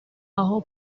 aho